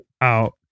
out